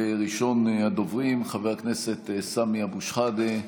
ראשון הדוברים, חבר הכנסת סמי אבו שחאדה,